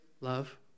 Love